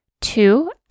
Two